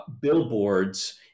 billboards